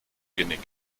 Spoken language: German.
genick